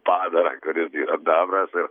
padarą kuris yra bebras ir